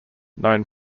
known